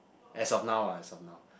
as of now ah as of now